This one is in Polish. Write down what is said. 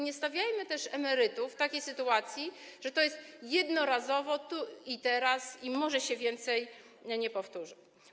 Nie stawiajmy emerytów w takiej sytuacji, że to jest jednorazowe, tu i teraz, że może się więcej nie powtórzy.